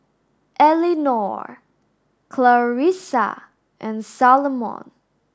Elenore Clarisa and Salomon